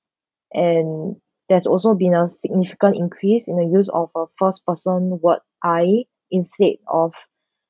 and there's also been a significant increase in the use of a first-person word I instead of